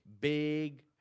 big